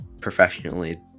professionally